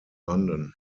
london